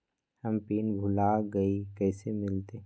हम पिन भूला गई, कैसे मिलते?